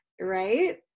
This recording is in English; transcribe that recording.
right